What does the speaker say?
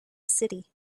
city